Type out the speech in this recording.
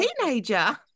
teenager